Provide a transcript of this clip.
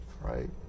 right